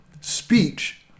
speech